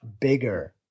bigger